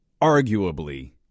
arguably